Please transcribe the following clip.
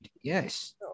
Yes